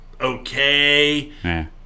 okay